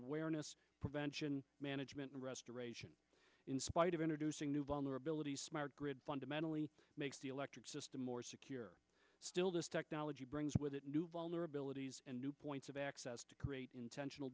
awareness prevention management and restoration in spite of introducing new vulnerabilities smart grid fundamentally makes the electric system more secure still this technology brings with it new vulnerabilities and new points of access to create intentional